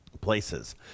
places